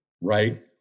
right